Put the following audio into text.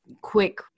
quick